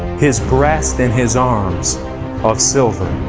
his breast and his arms of silver,